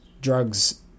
drugs